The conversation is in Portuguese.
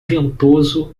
ventoso